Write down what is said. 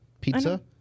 Pizza